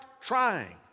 trying